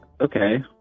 Okay